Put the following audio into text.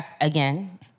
again